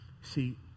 See